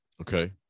Okay